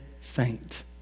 faint